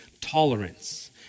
tolerance